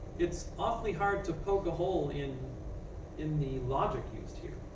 it's awfully hard to poke a hole in in the logic used here.